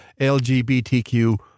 LGBTQ